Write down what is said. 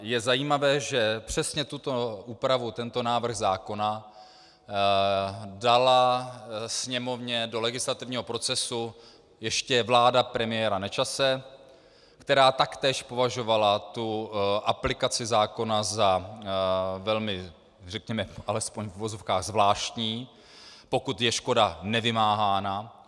Je zajímavé, že přesně tuto úpravu, tento návrh zákona dala Sněmovně do legislativního procesu ještě vláda premiéra Nečase, která taktéž považovala aplikaci zákona za velmi, řekněme alespoň v uvozovkách, zvláštní, pokud je škoda nevymáhána.